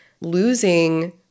losing